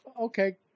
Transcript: Okay